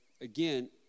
again